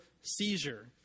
seizure